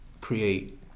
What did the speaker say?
create